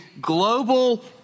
global